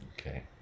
Okay